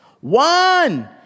One